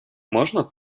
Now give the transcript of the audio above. можна